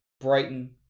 Brighton